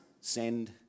send